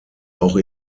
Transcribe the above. auch